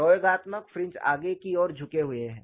प्रयोगात्मक फ्रिंज आगे की ओर झुके हुए हैं